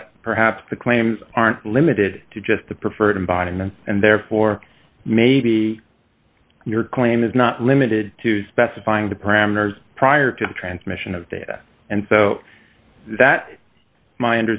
that perhaps the claims aren't limited to just the preferred environment and therefore maybe your claim is not limited to specifying the parameters prior to the transmission of data and so that my